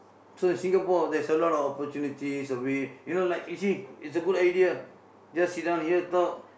so in Singapore there's a lot of opportunity survey you know like you see it's a good idea just sit down here talk